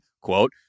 quote